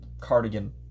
cardigan